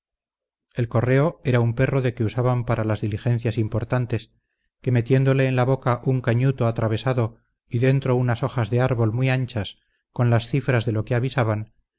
el correo era un perro de que usaban para las diligencias importantes que metiéndole en la boca un cañuto atravesado y dentro unas hojas de árbol muy anchas con las cifras de lo que avisaban